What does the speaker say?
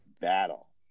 Battle